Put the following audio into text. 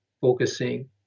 focusing